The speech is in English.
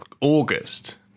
August